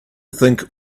think